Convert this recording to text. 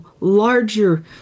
larger